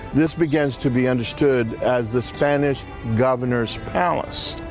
this begins to be understood as the spanish governor's palace.